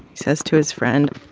says to his friend.